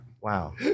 wow